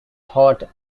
thought